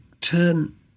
turn